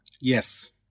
Yes